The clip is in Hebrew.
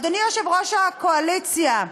אדוני יושב-ראש הקואליציה,